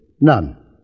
None